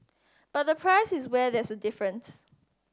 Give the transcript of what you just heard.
but the price is where there's a difference